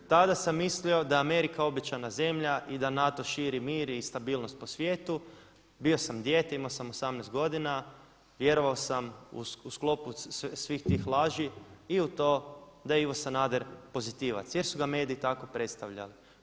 Tada sam mislio da je Amerika obećana zemlja i da NATO širi mir i stabilnost po svijetu, bio sam dijete imao sam 18 godina, vjerovao sam u sklopu svih tih laži i u to da Ivo Sanader pozitivac, jer su ga mediji tako predstavljali.